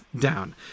down